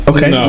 Okay